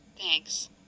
Thanks